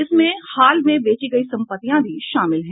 इसमें हाल में बेची गयी सम्पत्तियां भी शामिल हैं